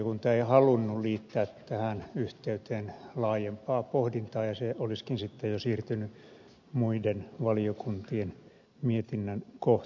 valiokunta ei halunnut liittää tähän yhteyteen laajempaa pohdintaa ja se olisikin sitten jo siirtynyt muiden valiokuntien mietinnän kohteeksi